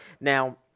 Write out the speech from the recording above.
Now